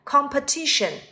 Competition